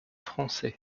français